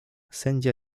sędzia